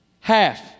Half